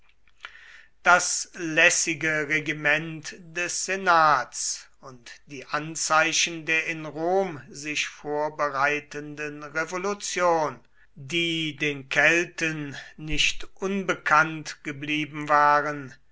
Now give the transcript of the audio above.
das lässige regiment des senats und die anzeichen der in rom sich vorbereitenden revolution die den kelten nicht unbekannt geblieben waren